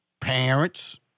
parents